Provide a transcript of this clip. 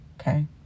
Okay